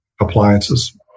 appliances